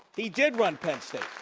he did run penn state.